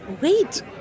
wait